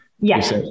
Yes